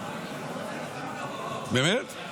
--- כמה דקות --- באמת?